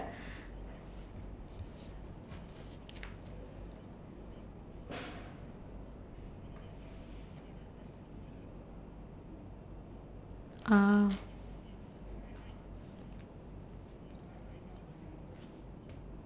ah